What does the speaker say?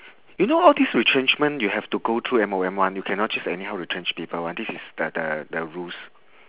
you know all these retrenchment you have to go through M_O_M one you cannot just anyhow retrench people one this is the the the rules